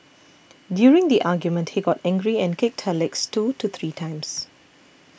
during the argument he got angry and kicked her legs two to three times